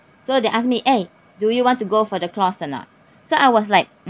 so they asked me eh do you want to go for the class or not so I was like mm